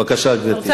בבקשה, גברתי.